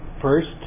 first